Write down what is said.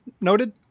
noted